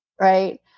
right